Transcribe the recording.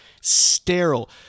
sterile